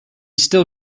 still